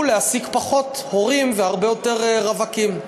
להעסיק פחות הורים והרבה יותר רווקים.